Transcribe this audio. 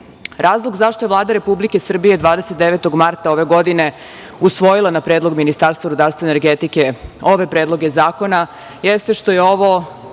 zašto je Vlada Republike Srbije 29. marta ove godine usvojila na predlog Ministarstva rudarstva i energetike ove predloge zakona, jeste što je ovo